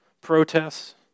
protests